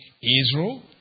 Israel